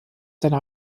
seiner